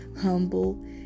humble